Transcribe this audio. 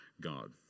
God